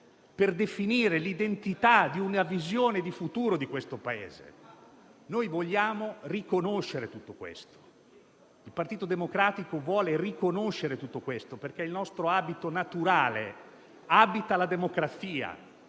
per definire l'identità di una visione futura di questo Paese. Noi vogliamo riconoscere tutto questo. Il Partito Democratico vuole riconoscere tutto questo, perché è il nostro abito naturale e abita la democrazia,